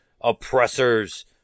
oppressors